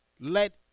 Let